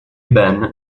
ben